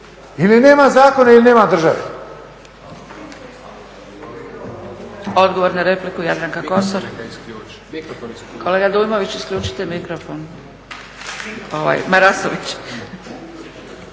ili nema zakona ili nema države.